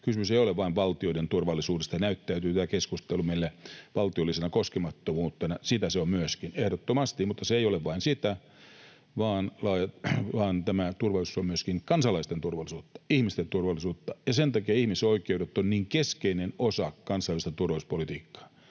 Kysymys ei ole vain valtioiden turvallisuudesta, vaikka tämä keskustelu näyttäytyy meille valtiollisena koskemattomuutena. Sitä se on myöskin ehdottomasti, mutta se ei ole vain sitä, vaan turvallisuus on myöskin kansalaisten turvallisuutta, ihmisten turvallisuutta, ja sen takia ihmisoikeudet ovat niin keskeinen osa kansainvälistä turvallisuuspolitiikkaa.